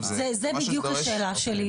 זו בדיוק השאלה שלי.